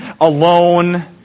alone